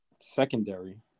secondary